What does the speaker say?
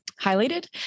highlighted